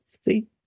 See